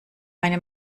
meine